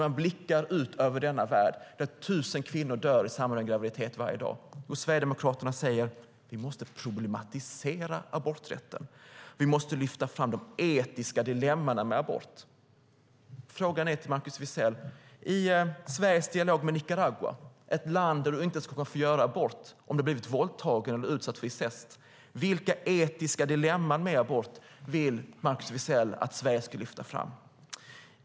Man blickar ut över denna värld, där 1 000 kvinnor varje dag dör i samband med graviditet, och säger: Vi måste problematisera aborträtten och lyfta fram de etiska dilemmana med abort. Jag vill fråga Markus Wiechel: I Sveriges dialog med Nicaragua - ett land där man inte kan få göra abort ens om man blivit våldtagen eller utsatt för incest - vilka etiska dilemman med abort vill Markus Wiechel att Sverige ska lyfta fram?